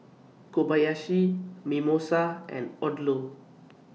Kobayashi Mimosa and Odlo